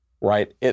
right